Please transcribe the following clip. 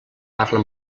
parla